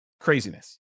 Craziness